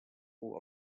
puu